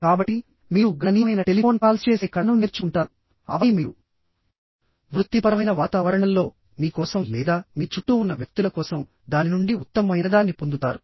కాబట్టి మీరు గణనీయమైన టెలిఫోన్ కాల్స్ చేసే కళను నేర్చుకుంటారు ఆపై మీరు వృత్తిపరమైన వాతావరణంలో మీ కోసం లేదా మీ చుట్టూ ఉన్న వ్యక్తుల కోసం దాని నుండి ఉత్తమమైనదాన్ని పొందుతారు